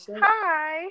Hi